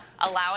allowing